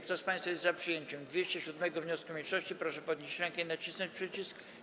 Kto z państwa jest za przyjęciem 207. wniosku mniejszości, proszę podnieść rękę i nacisnąć przycisk.